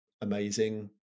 amazing